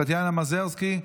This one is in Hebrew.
טטיאנה מזרסקי,